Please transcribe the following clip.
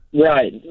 Right